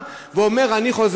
רואה את החורבן,